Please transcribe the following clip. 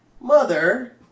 Mother